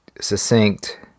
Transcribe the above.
succinct